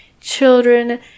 children